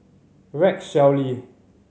Rex Shelley